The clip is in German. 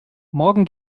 morgen